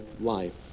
life